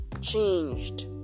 changed